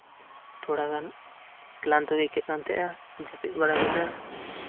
ᱛᱷᱚᱲᱟᱜᱟᱱ ᱞᱟᱸᱜᱟ ᱜᱤ ᱟᱹᱭᱠᱟᱹᱜ ᱠᱟᱱ ᱛᱟᱦᱮᱸᱜᱼᱟ ᱡᱟᱹᱯᱤᱫ ᱵᱟᱲᱟᱠᱮᱫᱟ